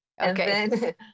Okay